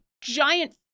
giant